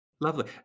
lovely